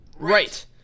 Right